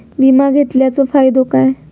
विमा घेतल्याचो फाईदो काय?